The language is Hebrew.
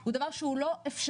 הוא דבר שהוא לא אפשרי.